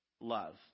love